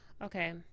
Okay